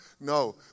No